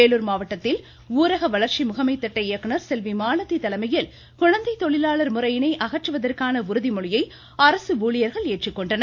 வேலூர் மாவட்டத்தில் ஊரக வளர்ச்சி முகமை திட்ட இயக்குநர் செல்வி மாலதி தலைமையில் குழந்தை தொழிலாளர் முறையினை அகற்றுவதற்கான உறுதிமொழியை அரசு ஊழியர்கள் ஏற்றுக்கொண்டனர்